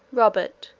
robert,